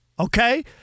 Okay